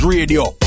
Radio